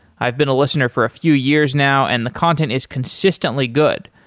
i've been a listener for a few years now and the content is consistently good.